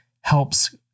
helps